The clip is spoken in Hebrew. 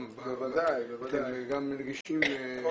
גם אתם נגישים --- בוודאי,